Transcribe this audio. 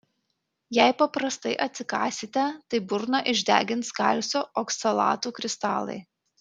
jei paprastai atsikąsite tai burną išdegins kalcio oksalatų kristalai